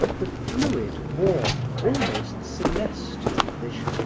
but the fluid, warm, almost celestial vision